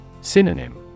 Synonym